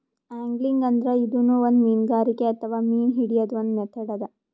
angling ಅಂದ್ರ ಇದೂನು ಒಂದ್ ಮೀನ್ಗಾರಿಕೆ ಅಥವಾ ಮೀನ್ ಹಿಡ್ಯದ್ದ್ ಒಂದ್ ಮೆಥಡ್ ಅದಾ